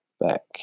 Back